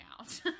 out